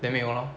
then 没有 lor